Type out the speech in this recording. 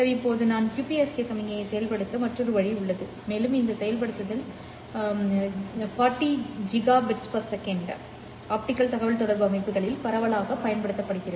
இப்போது நான் QPSK சமிக்ஞையை செயல்படுத்த மற்றொரு வழி உள்ளது மேலும் இந்த செயல்படுத்தல் 40 GPBS ஆப்டிகல் தகவல்தொடர்பு அமைப்புகளில் பரவலாக பயன்படுத்தப்படுகிறது